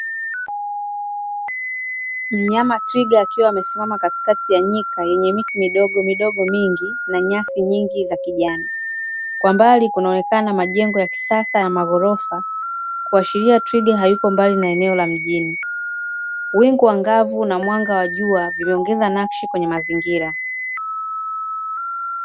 Mnyama Twiga akiwa amesimama katikati ya nyika nyenye miti midogomidogo mingi na nyasi nyingi za kijani. Kwa mbali kunaonekana majengo ya kisasa ya maghorofa kuashiria twiga hayupo mbali na eneo la mjini. Wingu angavu na mwanga wa jua vimeongeza nakshi kwenye mazingira.